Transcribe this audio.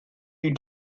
you